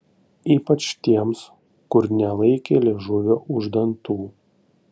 ypač tiems kur nelaikė liežuvio už dantų